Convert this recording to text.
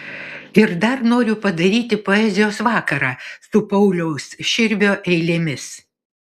ir dar noriu padaryti poezijos vakarą su pauliaus širvio eilėmis